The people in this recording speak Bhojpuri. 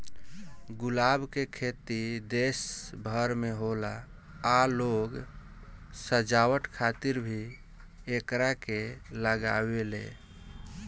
गुलाब के खेती देश भर में होला आ लोग सजावट खातिर भी एकरा के लागावेले